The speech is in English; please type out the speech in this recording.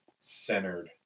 centered